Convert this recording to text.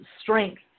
strength